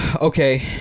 okay